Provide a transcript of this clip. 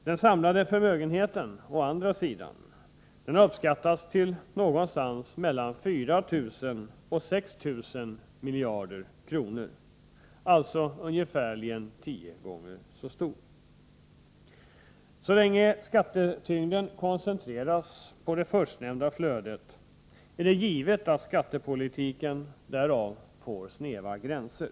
Den samlade förmögenheten, å andra sidan, har uppskattats till mellan 4 000 och 6 000 miljarder kronor, alltså ungefär tio gånger så mycket. Så länge skattetyngden koncentreras på det förstnämnda flödet, är det givet att skattepolitiken får snäva gränser.